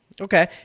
Okay